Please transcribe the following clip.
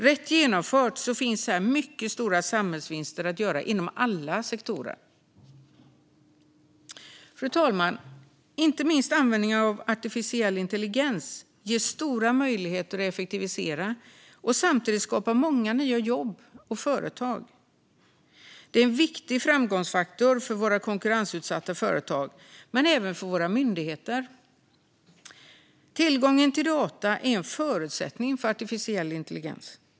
Rätt genomfört finns det mycket stora samhällsvinster att göra inom alla sektorer. Fru talman! Inte minst användningen av artificiell intelligens ger stora möjligheter att effektivisera och samtidigt skapa många nya jobb och företag. Det är en viktig framgångsfaktor för våra konkurrensutsatta företag men även för våra myndigheter. Tillgången till data är en förutsättning för artificiell intelligens.